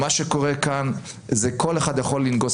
מה שקורה כאן זה שכל אחד יכול לנגוס.